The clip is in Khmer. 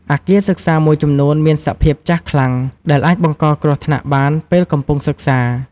អគារសិក្សាមួយចំនួនមានសភាពចាស់ខ្លាំង ដែលអាចបង្កគ្រោះថ្នាក់បានពេលកំពុងសិក្សា។